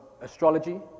astrology